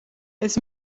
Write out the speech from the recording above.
het